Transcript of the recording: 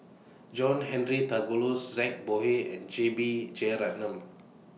John Henry Duclos Zhang Bohe and J B Jeyaretnam